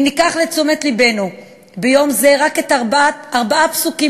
אם ניקח לתשומת לבנו ביום זה רק ארבעה פסוקים